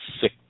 sick